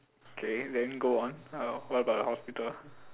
okay then go on what about the hospital